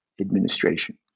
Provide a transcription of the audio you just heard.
Administration